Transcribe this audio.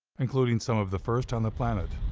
including some of the first on the planet.